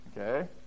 okay